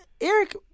Eric